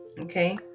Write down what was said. Okay